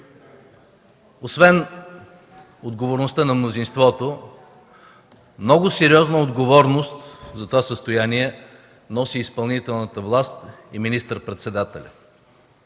Освен отговорността на мнозинството, много сериозна отговорност за това състояние носят изпълнителната власт и министър-председателят.